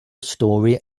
story